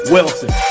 Wilson